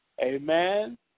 Amen